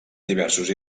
diversos